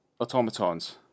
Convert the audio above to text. Automatons